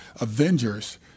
Avengers